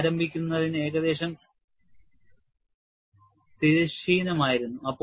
ഇത് ആരംഭിക്കുന്നതിന് ഏകദേശം തിരശ്ചീനമായിരുന്നു